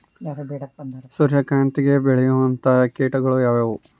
ಸೂರ್ಯಕಾಂತಿಗೆ ಬೇಳುವಂತಹ ಕೇಟಗಳು ಯಾವ್ಯಾವು?